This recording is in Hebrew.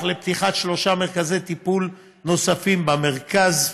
לפתיחת שלושה מרכזי טיפול נוספים במרכז.